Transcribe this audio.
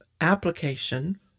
Application